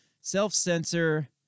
self-censor